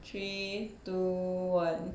three two one